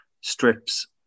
strips